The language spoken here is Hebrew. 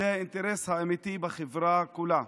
זה האינטרס האמיתי בחברה כולה.